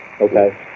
Okay